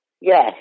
Yes